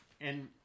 And-